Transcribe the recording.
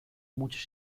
muchos